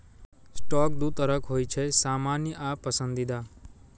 stock दू तरहक होइ छै, सामान्य आ पसंदीदा